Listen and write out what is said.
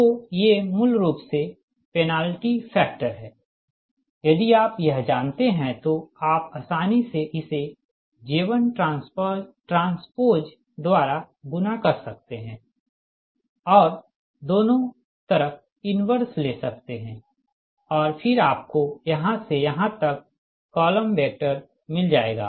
तो ये मूल रूप से पेनाल्टी फैक्टर हैं यदि आप यह जानते हैं तो आप आसानी से इसे J1 ट्रांस्पोज द्वारा गुणा कर सकते हैं और दोनों तरफ इनवर्स ले सकते हैं और फिर आपको यहाँ से यहाँ तक कॉलम वेक्टर मिल जाएगा